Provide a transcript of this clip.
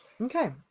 Okay